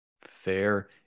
Fair